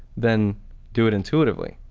then do it intuitively.